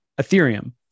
Ethereum